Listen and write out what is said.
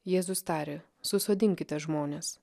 jėzus tarė susodinkite žmones